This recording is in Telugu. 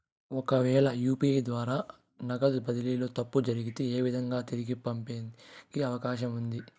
ఒకవేల యు.పి.ఐ ద్వారా నగదు బదిలీలో తప్పు జరిగితే, ఏ విధంగా తిరిగి పొందేకి అవకాశం ఉంది?